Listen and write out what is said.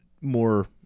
More